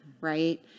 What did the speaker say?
right